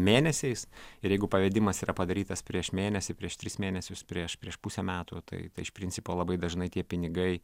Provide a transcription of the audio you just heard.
mėnesiais ir jeigu pavedimas yra padarytas prieš mėnesį prieš tris mėnesius prieš prieš pusę metų tai iš principo labai dažnai tie pinigai